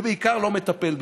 ובעיקר לא מטפל בזה.